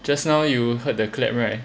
just now you heard the clap right